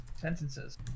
sentences